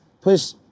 push